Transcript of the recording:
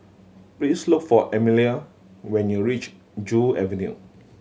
please look for Emelia when you reach Joo Avenue